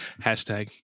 Hashtag